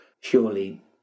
surely